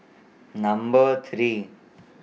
Number three